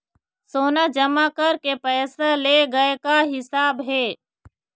सोना जमा करके पैसा ले गए का हिसाब हे?